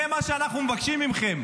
זה מה שאנחנו מבקשים מכם.